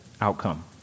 outcome